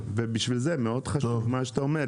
לכן מאוד חשוב מה שאתה אומר,